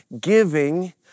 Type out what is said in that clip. Giving